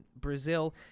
brazil